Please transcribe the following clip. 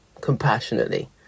compassionately